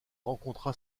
rencontra